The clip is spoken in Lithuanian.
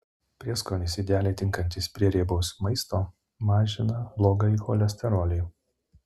prieskonis idealiai tinkantis prie riebaus maisto mažina blogąjį cholesterolį